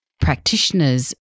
practitioners